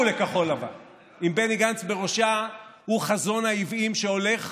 לכחול לבן עם בני גנץ בראשה הוא חזון העוועים שהולך,